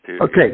Okay